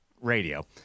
radio